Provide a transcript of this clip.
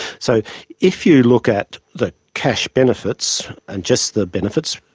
so if you look at the cash benefits and just the benefits,